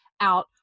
out